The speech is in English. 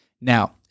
Now